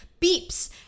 beeps